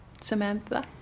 Samantha